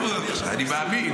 אני מאמין.